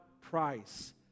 price